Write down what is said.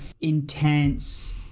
intense